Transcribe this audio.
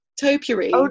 topiary